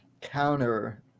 counter